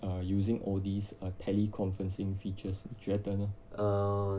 err using all these uh teleconferencing features 你觉得呢